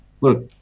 Look